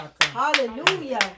Hallelujah